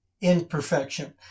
imperfection